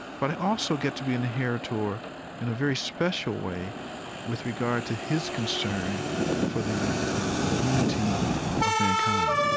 but i also get to be an inheritor in a very special way with regard to his concern for the unity of mankind.